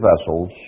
vessels